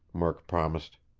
murk promised.